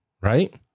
Right